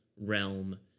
realm